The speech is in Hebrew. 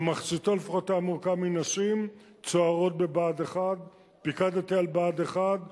שלפחות מחציתו היה מורכב מנשים צוערות בבה"ד 1. פיקדתי על בה"ד 1,